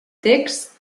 text